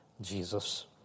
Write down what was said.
Jesus